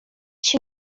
się